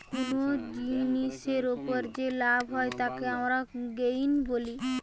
কুনো জিনিসের উপর যে লাভ হয় তাকে আমরা গেইন বলি